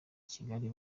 kigali